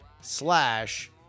slash